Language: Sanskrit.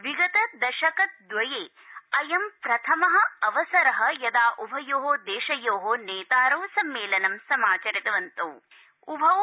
विगत दशक द्वये अयं प्रथमावसर यदा उभयो देशयो नेतारौ सम्मेलनं सामचारितवन्तौ